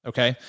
Okay